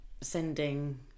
sending